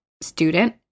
student